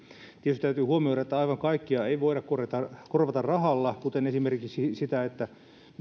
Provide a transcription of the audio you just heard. tietysti täytyy huomioida että aivan kaikkea ei voida korvata rahalla kuten esimerkiksi sitä